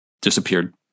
disappeared